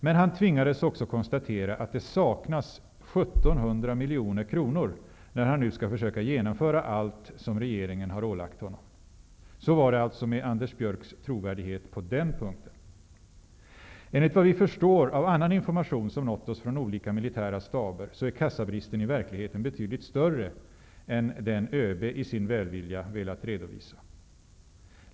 Men han tvingades också konstatera att det saknas 1 700 miljoner kronor, när han nu skall försöka genomföra allt som regeringen har ålagt honom. Så var det alltså med Anders Björcks trovärdighet på den punkten. Enligt vad vi förstår av annan information som nått oss från olika militära staber, så är kassabristen i verkligheten betydligt större än den ÖB i sin välvilja velat redovisa.